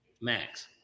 Max